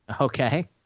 Okay